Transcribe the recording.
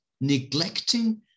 neglecting